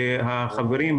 והחברים,